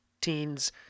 teens